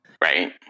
Right